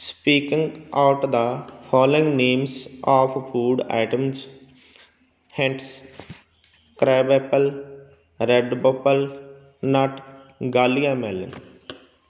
speaking out the following names of food item ਹੈਂਟਸ crab apple red ਬੋਪਲ nut Galia ਮਲਨ